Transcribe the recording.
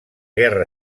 guerra